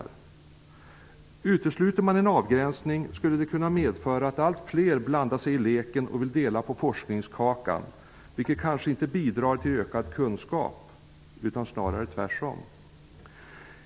Om man utesluter en avgränsning skulle det kunna medföra att allt fler blandar sig i leken och vill dela på forskningskakan, vilket kanske inte bidrar till ökad kunskap -- snarare tvärtom.